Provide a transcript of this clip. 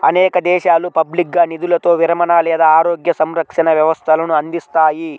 అనేక దేశాలు పబ్లిక్గా నిధులతో విరమణ లేదా ఆరోగ్య సంరక్షణ వ్యవస్థలను అందిస్తాయి